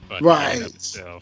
Right